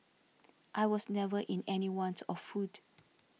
I was never in any want of food